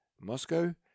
Moscow